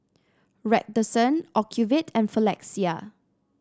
Redoxon Ocuvite and Floxia